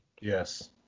Yes